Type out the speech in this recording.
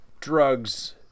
drugs